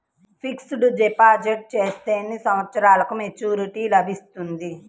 Fixed deposit చేస్తే ఎన్ని సంవత్సరంకు మెచూరిటీ లభిస్తుంది?